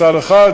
מצד אחד,